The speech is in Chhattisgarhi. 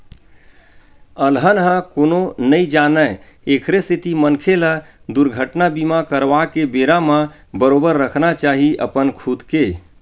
अलहन ल कोनो नइ जानय एखरे सेती मनखे ल दुरघटना बीमा करवाके बेरा म बरोबर रखना चाही अपन खुद के